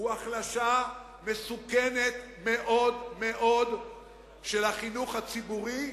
הוא החלשה מסוכנת מאוד מאוד של החינוך הציבורי,